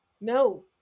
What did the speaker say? No